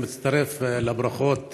אני מצטרף לברכות